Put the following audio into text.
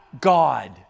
God